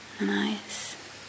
Nice